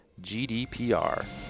GDPR